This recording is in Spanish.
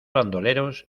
bandoleros